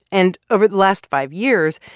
and over the last five years,